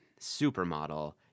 supermodel